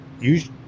use